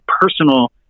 personal